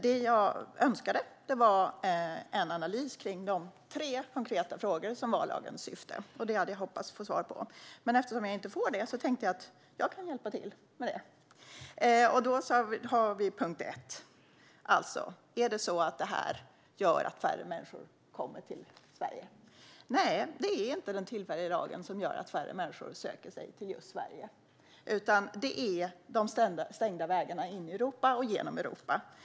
Det jag önskade var en analys av de tre konkreta syftena med lagen. Jag hade hoppats att få svar på detta. Men eftersom jag inte får det tänkte jag att jag kan hjälpa till med det. Punkt ett: Är det så att det här gör att färre människor kommer till Sverige? Nej, det är inte den tillfälliga lagen som gör att färre människor söker sig till just Sverige. Det är de stängda vägarna in i Europa och genom Europa som gör det.